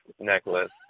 necklace